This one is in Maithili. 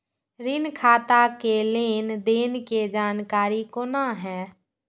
ऋण खाता के लेन देन के जानकारी कोना हैं?